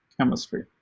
chemistry